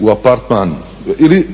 u apartman ili